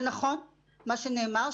זה נכון מה שנאמר,